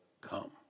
come